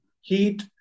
heat